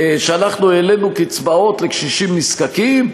שאנחנו העלינו קצבאות לקשישים נזקקים?